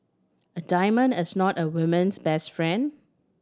a diamond is not a woman's best friend